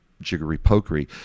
jiggery-pokery